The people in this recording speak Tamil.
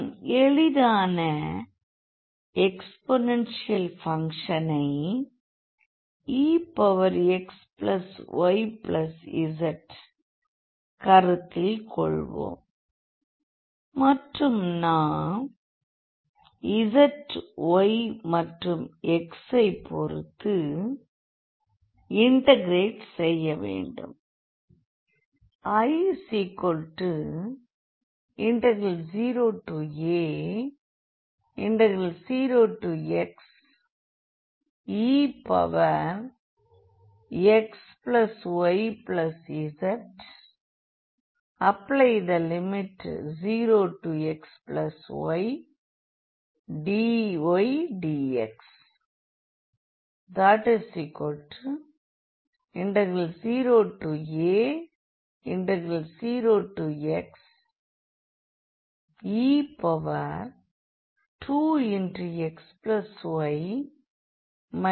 நாம் எளிதான எக்ஸ்போனேன்ஷியல் பங்க்ஷனை exyz கருத்தில் கொள்வோம் மற்றும் நாம் z y மற்றும் x ஐ பொருத்து இன்டெகிரேட் செய்யவேண்டும்